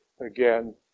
again